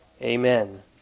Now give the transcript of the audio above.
Amen